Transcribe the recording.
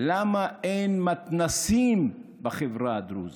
למה אין מתנ"סים בחברה הדרוזית?